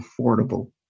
affordable